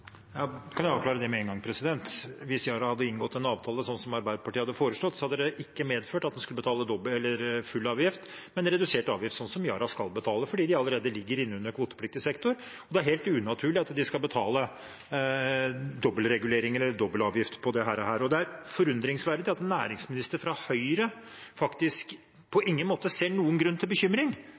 kan avklare det med én gang. Hvis Yara hadde inngått en avtale, slik Arbeiderpartiet har foreslått, hadde det ikke medført at en skulle betale full avgift, men redusert avgift, slik som Yara skal betale, fordi de allerede ligger inne under kvotepliktig sektor, og det er helt unaturlig at de skal betale dobbelreguleringer, eller dobbel avgift, på dette. Det er forundringsverdig at en næringsminister fra Høyre faktisk på ingen måte ser noen grunn til bekymring